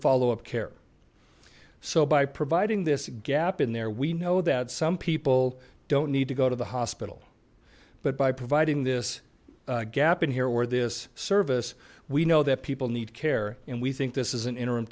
follow up care so by providing this gap in there we know that some people don't need to go to the hospital but by providing this gap in here where this service we know that people need care and we think this is an interim